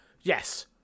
Yes